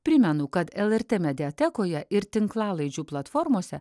primenu kad lrt mediatekoje ir tinklalaidžių platformose